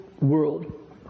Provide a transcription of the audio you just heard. world